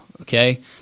Okay